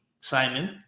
Simon